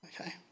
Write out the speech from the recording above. Okay